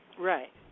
Right